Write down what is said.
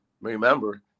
Remember